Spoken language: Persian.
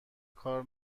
کار